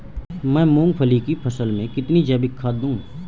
मैं मूंगफली की फसल में कितनी जैविक खाद दूं?